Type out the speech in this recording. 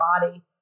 body